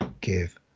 give